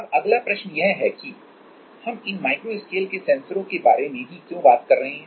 अब अगला प्रश्न यह है कि हम इन माइक्रो स्केल के सेंसरों के बारे में ही क्यों बात कर रहे हैं